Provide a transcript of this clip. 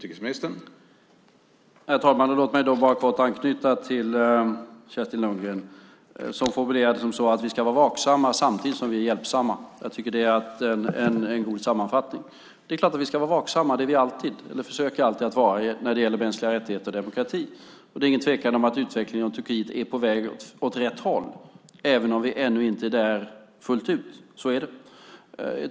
Herr talman! Låt mig då bara kort anknyta till det Kerstin Lundgren sade. Hon formulerade det så att vi ska vara vaksamma samtidigt som vi är hjälpsamma. Jag tycker att det är en god sammanfattning. Det är klart att vi ska vara vaksamma - det är vi alltid, eller försöker alltid att vara när det gäller mänskliga rättigheter och demokrati. Det är ingen tvekan om att utvecklingen i Turkiet är på väg åt rätt håll, även om vi ännu inte är där fullt ut. Så är det.